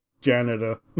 Janitor